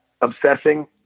obsessing